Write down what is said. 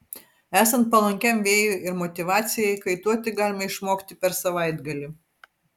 esant palankiam vėjui ir motyvacijai kaituoti galima išmokti per savaitgalį